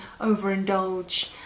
overindulge